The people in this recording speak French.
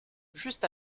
juste